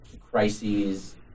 crises